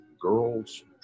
girls